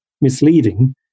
misleading